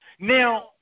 Now